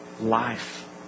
Life